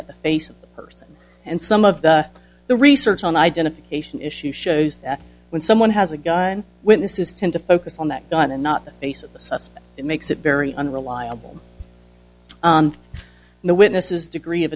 at the face of the person and some of the research on identification issue shows that when someone has a gun witnesses tend to focus on that gun and not the face of the suspect that makes it very unreliable the witnesses degree of